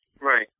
Right